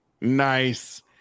Nice